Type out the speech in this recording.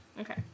Okay